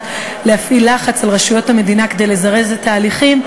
להפעיל לחץ על רשויות המדינה כדי לזרז את ההליכים,